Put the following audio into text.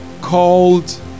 called